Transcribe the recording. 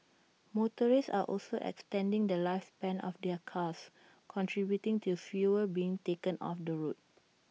motorists are also extending the lifespan of their cars contributing to fewer being taken off the road